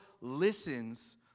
listens